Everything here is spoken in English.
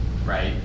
Right